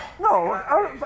no